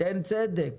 אין צדק,